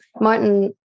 Martin